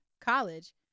college